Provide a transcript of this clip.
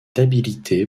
habilité